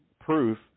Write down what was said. proof